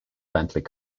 bentley